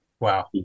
Wow